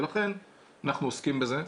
ולכן אנחנו עוסקים בזה.